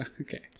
Okay